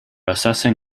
assessing